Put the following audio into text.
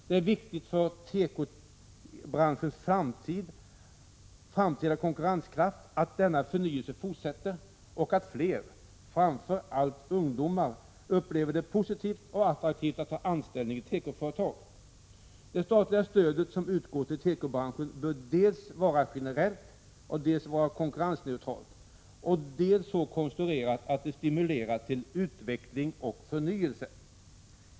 Det är viktigt för tekobranschens framtida konkurrenskraft att denna förnyelse fortsätter och att fler, framför allt ungdomar, upplever det positivt och attraktivt att ta anställning i tekoföretag. Det statliga stöd som utgår till tekobranschen bör dels vara generellt, dels vara konkurrensneutralt, dels vara så konstruerat att det stimulerar till utveckling och förnyelse.